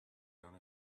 done